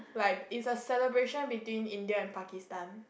like it's a celebration between India and Pakistan